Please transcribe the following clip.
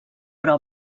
però